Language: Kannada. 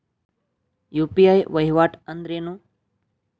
ಯು.ಪಿ.ಐ ವಹಿವಾಟ್ ಅಂದ್ರೇನು?